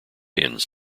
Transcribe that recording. ins